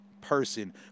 person